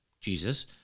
Jesus